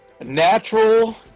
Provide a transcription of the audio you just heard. Natural